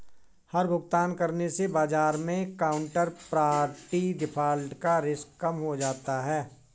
हर भुगतान करने से बाजार मै काउन्टरपार्टी डिफ़ॉल्ट का रिस्क कम हो जाता है